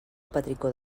petricó